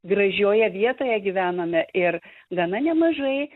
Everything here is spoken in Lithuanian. gražioje vietoje gyvename ir gana nemažai